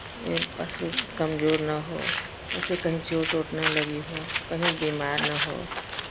वे पशु कमजोर ना हो उसे कहीं चोट ओट ना लगी हो कहीं बीमार ना हो